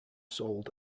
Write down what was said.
sold